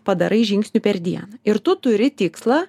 padarai žingsnių per dieną ir tu turi tikslą